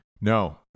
No